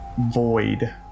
void